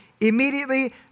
immediately